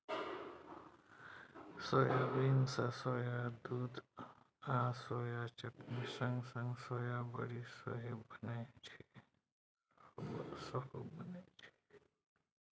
soybean सँ soya दुध आ सोया चटनी संग संग सोया बरी सेहो बनै छै